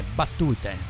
battute